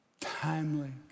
timely